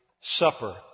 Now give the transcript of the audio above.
Supper